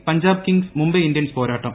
എല്ലിൽ Punjab Kings Mumbai Indians പോരാട്ടം